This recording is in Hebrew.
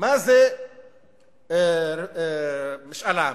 מה זה משאל עם.